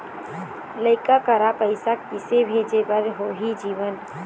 लइका करा पैसा किसे भेजे बार होही जीवन